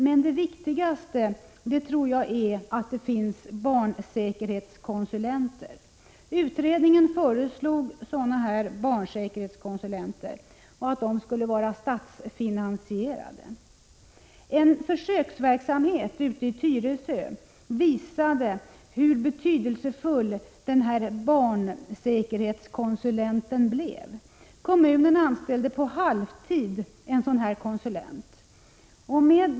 Men det viktigaste tror jag är att det finns barnsäkerhetskonsulenter. Utredningen föreslog att man skulle inrätta sådana barnsäkerhetskonsulenttjänster, som skulle vara statsfinansierade. En försöksverksamhet i Tyresö visade hur betydelsefull denna barnsäkerhetskonsulent blev. Kommunen anställde på halvtid en sådan konsulent.